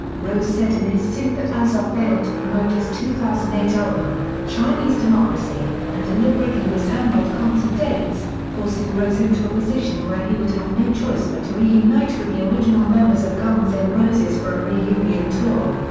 rose said in his suit that azoff failed to promote his two thousand and eight album, chinese democracy, and deliberately mishandled concert dates, forcing rose into a position where he would have no choice but to reunite with the original members of guns n' and roses for a reunion tour.